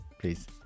please